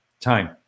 time